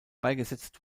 beigesetzt